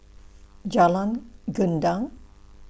Jalan Gendang